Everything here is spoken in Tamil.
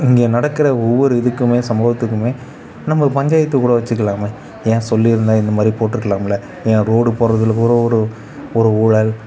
இங்கே நடக்கிற ஒவ்வொரு இதுக்குமே சம்பவத்துக்குமே நம்ம பஞ்சாயத்து கூட வச்சிக்கலாமே ஏன் சொல்லிருந்தால் இந்தமாதிரி போட்டிருக்கலாம்ல ஏன் ரோடு போடுறதுல கூட ஒரு ஒரு ஊழல்